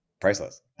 Priceless